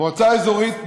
מועצה אזורית,